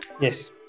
Yes